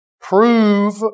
prove